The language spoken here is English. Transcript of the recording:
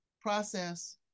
process